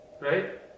Right